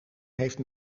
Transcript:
heeft